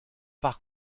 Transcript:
par